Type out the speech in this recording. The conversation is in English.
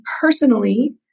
personally